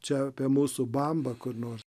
čia apie mūsų bambą kur nors